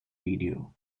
video